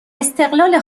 استقلال